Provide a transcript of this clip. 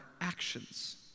actions